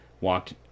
walked